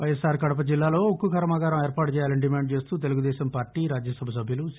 వైఎస్సార్ కడప జిల్లాలో ఉక్కు కర్శాగారం ఏర్పాటు చేయాలని డిమాండు చేస్తూ తెలుగుదేశం పార్టీ రాజ్యసభ సభ్యులు సి